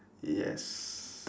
yes